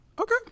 Okay